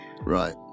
Right